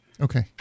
Okay